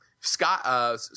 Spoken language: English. Scott